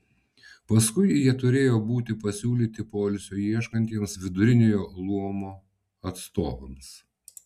paskui jie turėjo būti pasiūlyti poilsio ieškantiems viduriniojo luomo atstovams